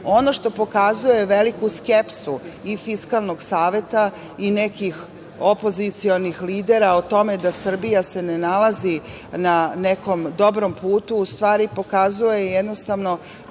što pokazuje veliku skepsu i Fiskalnog saveta i nekih opozicionih lidera o tome da se Srbija ne nalazi na nekom dobrom putu, u stvari, pokazuje da